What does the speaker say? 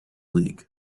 league